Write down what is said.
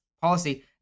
policy